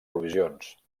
provisions